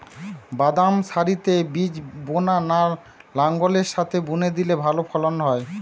বাদাম সারিতে বীজ বোনা না লাঙ্গলের সাথে বুনে দিলে ভালো ফলন হয়?